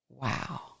Wow